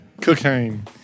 Cocaine